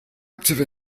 active